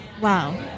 wow